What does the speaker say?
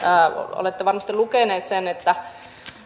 olette varmasti lukeneet sen että